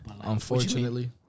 Unfortunately